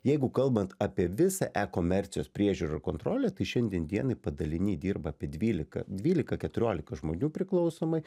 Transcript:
jeigu kalbant apie visą e komercijos priežiūrą ir kontrolę tai šiandien dienai padaliny dirba apie dvylika dvylika keturiolika žmonių priklausomai